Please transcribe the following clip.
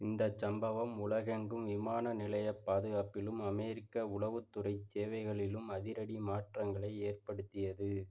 இந்தச் சம்பவம் உலகெங்கும் விமான நிலையப் பாதுகாப்பிலும் அமெரிக்க உளவுத்துறைச் சேவைகளிலும் அதிரடி மாற்றங்களை ஏற்படுத்தியது